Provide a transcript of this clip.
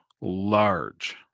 large